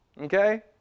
Okay